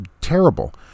terrible